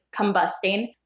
combusting